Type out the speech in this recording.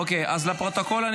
אז לפרוטוקול,